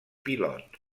pilot